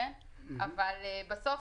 אבל בסוף,